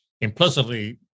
implicitly